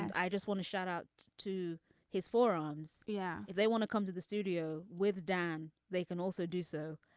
and i just want to shout out to his forearms. yeah. they want to come to the studio with dan they can also do so.